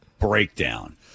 breakdown